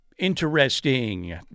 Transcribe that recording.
interesting